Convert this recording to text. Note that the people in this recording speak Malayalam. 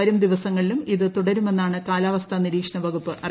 വരും ദിവസങ്ങളിലും ഇത് തുടരുമെന്നാണ് കാലാവസ്ഥാ നിരീക്ഷണ വകുപ്പ് അറിയിച്ചത്